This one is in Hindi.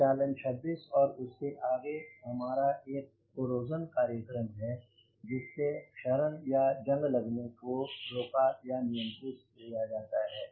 प्रचलन 26 और उसके आगे हमारा एक कोरोजन कार्यक्रम है जिस से क्षरण य जंग लगने को रोका या नियंत्रित किया जाता है